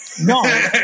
No